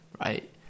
right